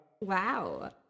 Wow